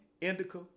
Indica